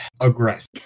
aggressive